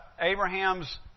Abraham's